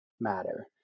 matter